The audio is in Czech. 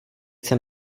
jsem